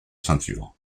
ceinture